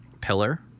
Pillar